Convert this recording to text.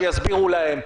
שיסבירו להם.